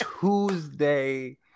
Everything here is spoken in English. Tuesday